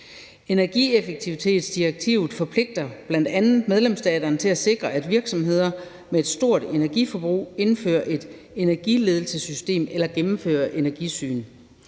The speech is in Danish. Energieffektivitetsdirektivet forpligter bl.a. medlemsstaterne til at sikre, at virksomheder med et stort energiforbrug indfører et energiledelsessystem eller gennemfører et energisyn.